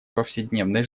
повседневной